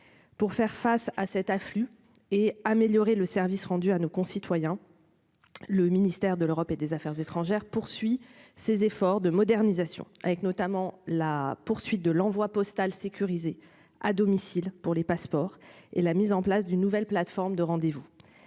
pour faire face à cet afflux et améliorer le service rendu à nos concitoyens, le ministère de l'Europe et des Affaires étrangères, poursuit ses efforts de modernisation avec notamment la poursuite de l'envoi postal sécurisé à domicile pour les passeports et la mise en place d'une nouvelle plateforme de rendez-vous